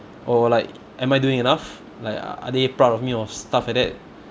or like am I doing enough like are they proud of me or stuff like that